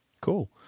Cool